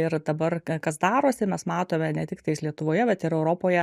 ir dabar kas darosi mes matome ne tiktais lietuvoje bet ir europoje